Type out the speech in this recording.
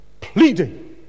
pleading